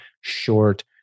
short